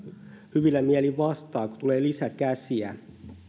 hyvillä mielin vastaan kun tulee lisäkäsiä